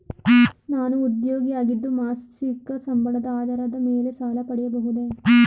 ನಾನು ಉದ್ಯೋಗಿ ಆಗಿದ್ದು ಮಾಸಿಕ ಸಂಬಳದ ಆಧಾರದ ಮೇಲೆ ಸಾಲ ಪಡೆಯಬಹುದೇ?